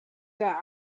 der